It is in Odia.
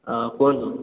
ହଁ କୁହନ୍ତୁ